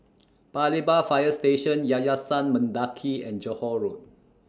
Paya Lebar Fire Station Yayasan Mendaki and Johore Road